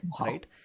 right